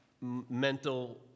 mental